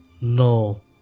No